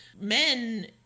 men